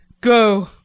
Go